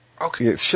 Okay